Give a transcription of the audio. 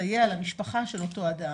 לסייע למשפחה של אותו האדם,